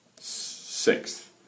sixth